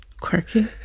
Quirky